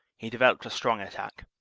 he developed a strong attack.